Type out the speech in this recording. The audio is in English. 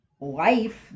life